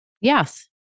Yes